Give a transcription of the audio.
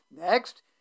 next